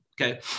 okay